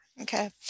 Okay